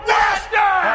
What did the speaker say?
Master